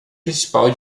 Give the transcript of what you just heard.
principal